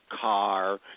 car